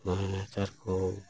ᱢᱟᱱᱮ ᱱᱮᱛᱟᱨ ᱠᱚ